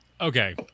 Okay